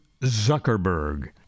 Zuckerberg